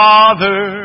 Father